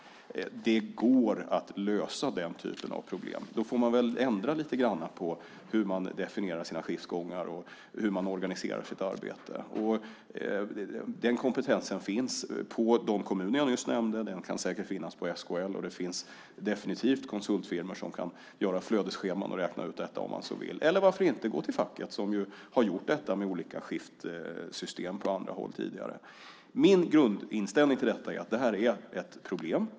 Det går att lösa den typen av problem. Man får väl ändra lite grann på hur man definierar sina skiftgångar och hur man organiserar sitt arbete. Den kompetensen finns i de kommuner som jag nyss nämnde. Den kan säkert finnas på SKL. Och det finns definitivt konsultfirmor som kan göra flödesscheman och räkna ut detta, om man så vill. Eller varför inte gå till facket? De har ju gjort detta med olika skiftsystem på andra håll tidigare. Min grundinställning till detta är att det är ett problem.